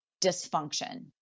dysfunction